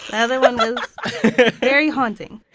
other one was very haunting.